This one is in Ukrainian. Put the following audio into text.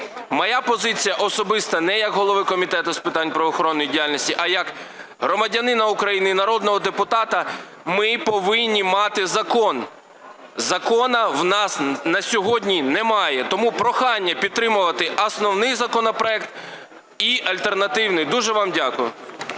моя позиція особиста не як голови Комітету з питань правоохоронної діяльності, а як громадянина України і народного депутата: ми повинні мати закон. Закону в нас на сьогодні немає. Тому прохання підтримувати основний законопроект і альтернативний. Дуже вам дякую.